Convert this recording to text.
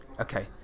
Okay